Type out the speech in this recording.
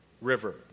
river